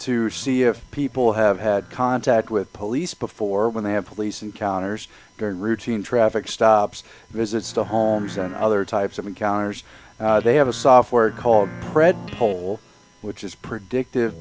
to see if people have had contact with police before when they have police encounters during routine traffic stops visits to homes and other types of encounters they have a software called red hole which is predict